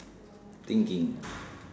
thinking